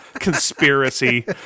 Conspiracy